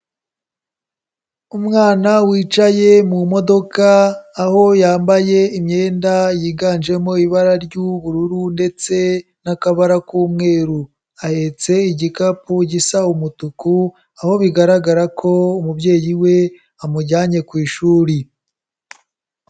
Umwana wicaye mu modoka, aho yambaye imyenda yiganjemo ibara ry'ubururu ndetse n'akabara k'umweru. Ahetse igikapu gisa umutuku, aho bigaragara ko umubyeyi we amujyanye ku ishuri.